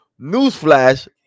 newsflash